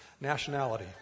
nationality